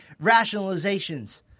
rationalizations